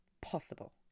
possible